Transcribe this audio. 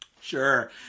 sure